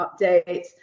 updates